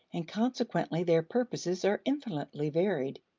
and consequently their purposes are indefinitely varied,